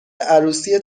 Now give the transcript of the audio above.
عروسی